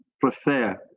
prefer